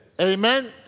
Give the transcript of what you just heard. Amen